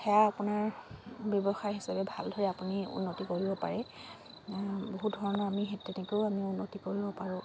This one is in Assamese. সেয়া আপোনাৰ ব্যৱসায় হিচাপে ভালদৰে আপুনি উন্নতি কৰিব পাৰে বহু ধৰণৰ আমি তেনেকেও আমি উন্নতি কৰিব পাৰোঁ